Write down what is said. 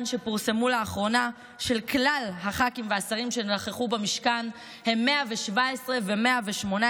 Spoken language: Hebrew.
שפורסמו לאחרונה של כלל הח"כים והשרים שנכחו במשכן הם 117 ו-118.